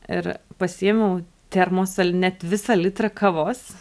ir pasiėmiau termosą net visą litrą kavos